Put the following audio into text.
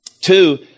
Two